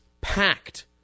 packed